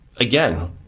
Again